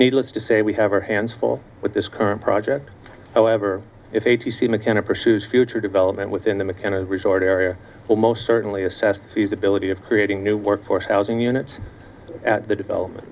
needless to say we have our hands full with this current project however if a t c mckenna pursues future development within the mckenna resort area will most certainly assess feasibility of creating new workforce housing units at the development